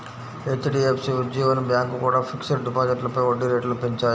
HDFC, Ujjivan bank కూడా fixed డిపాజిట్లపై వడ్డీ రేట్లను పెంచాయి